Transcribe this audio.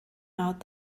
out